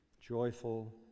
joyful